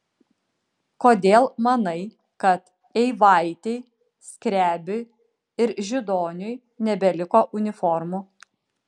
kodėl manai kad eivaitei skrebiui ir židoniui nebeliko uniformų